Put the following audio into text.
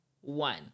one